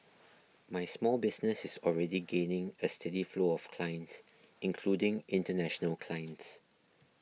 my small business is already gaining a steady flow of clients including international clients